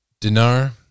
Dinar